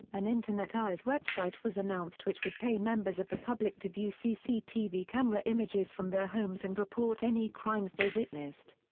an internet eyes website was announced which would pay members of the public to view cctv camera images from their homes and report any crimes they witnessed.